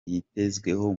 yitezweho